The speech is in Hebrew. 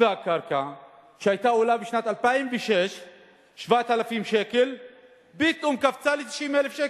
והקרקע שהיתה עולה בשנת 2006 7,000 שקל פתאום קפצה ל-90,000 שקל.